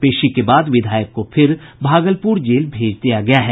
पेशी के बाद विधायक को फिर भागलपुर जेल भेज दिया गया है